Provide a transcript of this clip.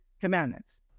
commandments